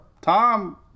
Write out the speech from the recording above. Tom